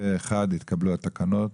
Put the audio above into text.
הצבעה אושר התקנות